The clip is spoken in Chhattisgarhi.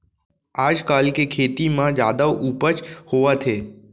आजकाल के खेती म जादा उपज होवत हे